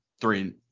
three